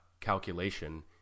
calculation